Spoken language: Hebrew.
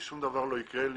חשבתי ששום דבר לא יקרה לי